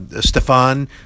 Stefan